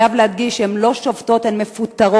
חייבים להדגיש, הן לא שובתות, הן מפוטרות.